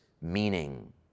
meaning